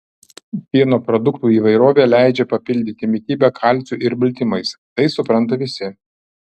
pieno produktų įvairovė leidžia papildyti mitybą kalciu ir baltymais tai supranta visi